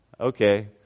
okay